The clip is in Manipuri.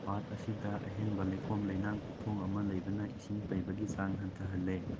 ꯄꯥꯠ ꯑꯁꯤꯗ ꯑꯍꯦꯟꯕ ꯂꯩꯈꯣꯝ ꯂꯩꯅꯥꯡ ꯀꯣꯛꯊꯣꯡ ꯑꯃ ꯂꯩꯕꯅ ꯏꯁꯤꯡ ꯄꯩꯕꯒꯤ ꯆꯥꯡ ꯍꯟꯊꯍꯜꯂꯦ